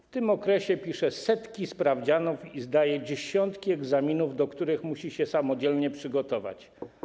W tym okresie pisze setki sprawdzianów i zdaje dziesiątki egzaminów, do których musi się samodzielnie przygotować.